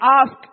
ask